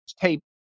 tape